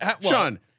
Sean